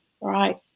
Right